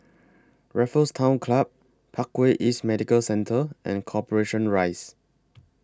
Raffles Town Club Parkway East Medical Centre and Corporation Rise